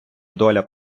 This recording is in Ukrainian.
доля